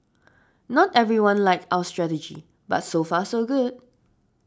not everyone like our strategy but so far so good